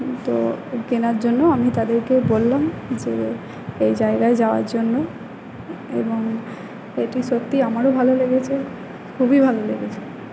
তো কেনার জন্য আমি তাদেরকে বললাম যে এই জায়গায় যাওয়ার জন্য এবং এটি সত্যি আমারও ভালো লেগেছে খুবই ভালো লেগেছে